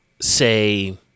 say